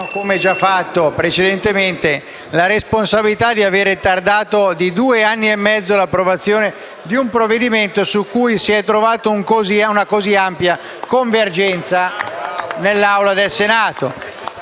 come già fatto precedentemente, la responsabilità di avere tardato di due anni e mezzo l'approvazione di un provvedimento su cui si è trovata una così ampia convergenza nell'Assemblea del Senato.